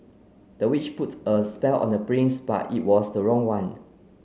the witch put a spell on the prince but it was the wrong one